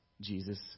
Jesus